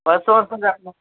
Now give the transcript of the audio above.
பத்து வருஷம் கட்டணுமா